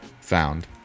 found